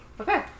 Okay